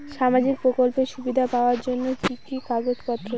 সামাজিক প্রকল্পের সুবিধা পাওয়ার জন্য কি কি কাগজ পত্র লাগবে?